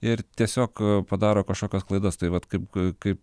ir tiesiog padaro kažkokias klaidas tai vat kaip kaip